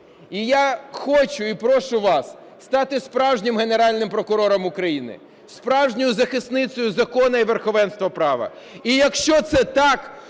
І я хочу і прошу вас стати справжнім Генеральним прокурором України, справжньою захисницею закону і верховенства права. І, якщо це так,